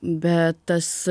bet tas